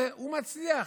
והוא מצליח.